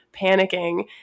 panicking